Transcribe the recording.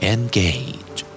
Engage